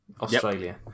australia